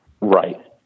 Right